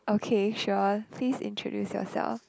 okay sure please introduce yourself